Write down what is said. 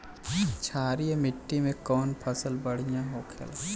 क्षारीय मिट्टी में कौन फसल बढ़ियां हो खेला?